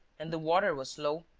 and the water was low,